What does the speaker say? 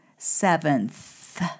seventh